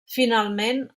finalment